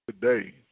today